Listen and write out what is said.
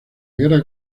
guerra